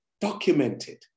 documented